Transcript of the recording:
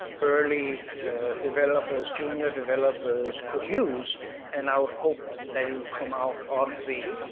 early developers, junior developers, could use and i would hope that it would come out of the